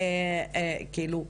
כאילו,